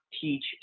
teach